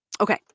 Okay